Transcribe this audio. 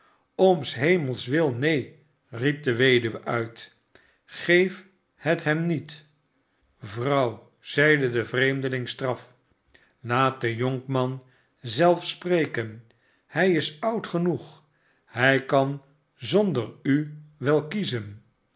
s hemels wil neen riep de weduwe uit sgeef het hem niet vrouw zeide de vreemdeling straf slaat de jonkman zelf spreken hij is oud genoeg hij kan zonder u wel kiezen